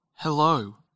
Hello